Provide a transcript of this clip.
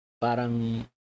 Parang